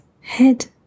head